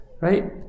right